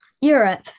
Europe